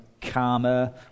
karma